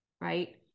right